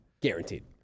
Guaranteed